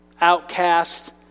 outcast